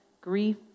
grief